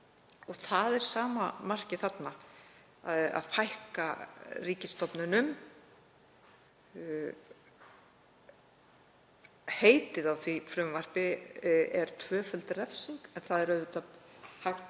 Það er sama markið þarna, að fækka ríkisstofnunum. Heitið á því frumvarpi er tvöföld refsing, en það er auðvitað hægt